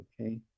okay